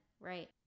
Right